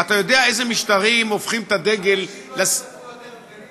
אתה יודע איזה משטרים הופכים את הדגל אנשים לא ישרפו דגלים,